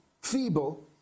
feeble